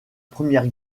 première